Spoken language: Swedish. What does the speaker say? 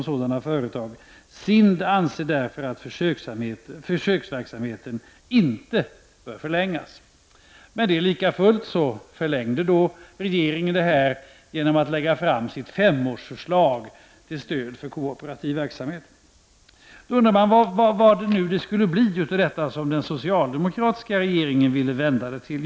SIND anser därför att försöksverksamheten inte skall förlängas. Men likafullt förlängde regeringen denna genom att lägga fram ett femårsförslag till stöd för kooperativ verksamhet. Då undrar man vad det skall bli av detta som den socialdemokratiska rege ringen vill vända det till.